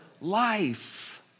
life